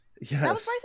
Yes